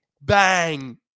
Bang